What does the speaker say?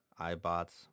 iBots